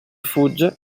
fugge